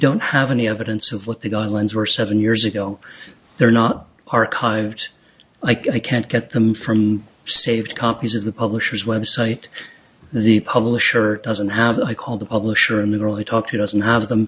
don't have any evidence of what the guidelines were seven years ago they're not archived like i can't get them from saved copies of the publisher's website the publisher doesn't have what i call the publisher a mineral i talked to doesn't have them